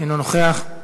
אינו נוכח.